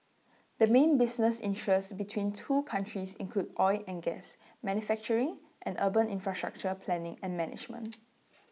the main business interests between the two countries include oil and gas manufacturing and urban infrastructure planning and management